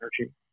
energy